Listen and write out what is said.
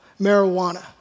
marijuana